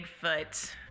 Bigfoot